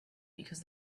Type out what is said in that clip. because